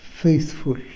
faithful